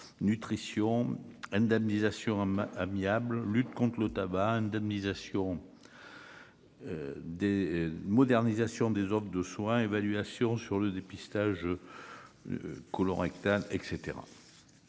nutrition l'indemnisation amiable, lutte contre le tabac, indemnisation. Des. Modernisation des hommes de soins évaluation sur le dépistage colorectal et